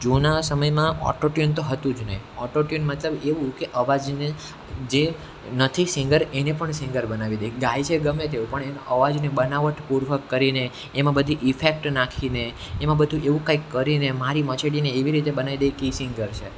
જૂના સમયમાં auto tune તો હતું જ નહિ ઓટો ટ્યુન મતલબ એવું કે અવાજને જે નથી સિંગર એને પણ સિંગર બનાવી દે ગાય છે ગમે તેવું પણ એનો અવાજને બનાવટપૂર્વક કરીને એમાં બધી ઇફેક્ટ નાખીને એમાં બધું એવું કાંઈક કરીને મારી મચળીને એવી રીતે બનાઈ દે કે એ સિંગર છે